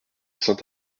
saint